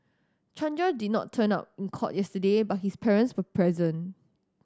Chandra did not turn up in court yesterday but his parents were present